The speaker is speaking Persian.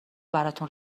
براتون